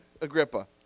Agrippa